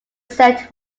said